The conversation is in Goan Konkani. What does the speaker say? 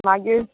मागीर